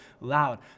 loud